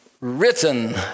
written